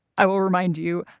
i will remind you,